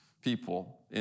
people